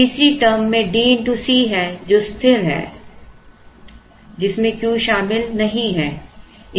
तीसरी term में DC है जो स्थिर है जिसमें Q शामिल नहीं है